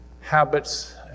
habits